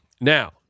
now